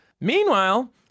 Meanwhile